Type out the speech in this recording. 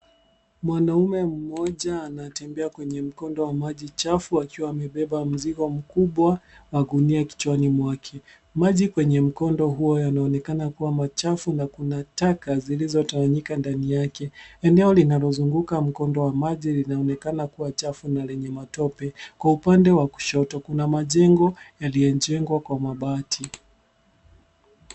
Mwanamume mmoja anatembea kwenye mkondo wa maji chafu akiwa amebeba mzigo mkubwa wa gunia kichwani mwake. Maji kwenye mkondo huo yanaonekana kuwa machafu na kuna taka zilizotawanyika ndani yake. Eneo linalozunguka mkondo wa maji linaonekana kuwa chafu na lenye matope, kwa upande wa kushoto, kuna majengo yaliyojengwa kwa mabati.